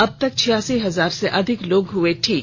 अबतक छियासी हजार से अधिक लोग हुए ठीक